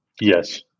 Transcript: yes